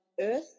earth